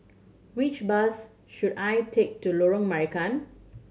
which bus should I take to Lorong Marican